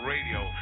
Radio